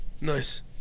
Nice